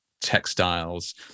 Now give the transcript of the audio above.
textiles